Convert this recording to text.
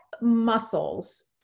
muscles